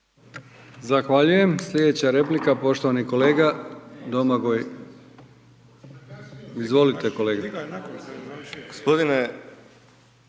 Zahvaljujem. Slijedeća replika, poštovani kolega Saša Đujić, izvolite.